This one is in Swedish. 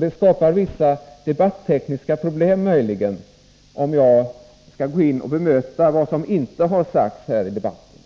Det skapar vissa debattekniska problem, om jag skall gå in och bemöta vad som inte sagts här i debatten.